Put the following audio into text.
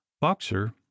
Boxer